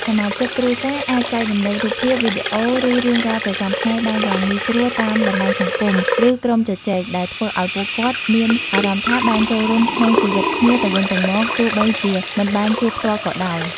សមាជិកគ្រួសារអាចចែករំលែករូបភាព វីដេអូ ឬរឿងរ៉ាវប្រចាំថ្ងៃបានយ៉ាងងាយស្រួលតាមបណ្ដាញសង្គម ឬក្រុមជជែក ដែលធ្វើឲ្យពួកគាត់មានអារម្មណ៍ថាបានចូលរួមក្នុងជីវិតគ្នាទៅវិញទៅមក ទោះបីជាមិនបានជួបផ្ទាល់ក៏ដោយ។